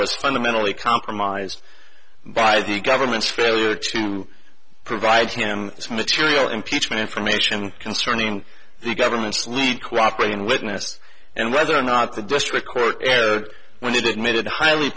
was fundamentally compromised by the government's failure to provide him this material impeachment information concerning the government's lead cooperating witness and whether or not the district court when they did made it highly